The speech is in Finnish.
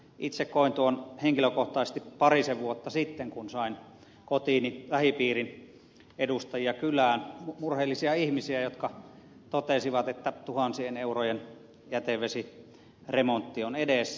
itse koin tuon henkilökohtaisesti parisen vuotta sitten kun sain kotiini lähipiirin edustajia kylään murheellisia ihmisiä jotka totesivat että tuhansien eurojen jätevesiremontti on edessä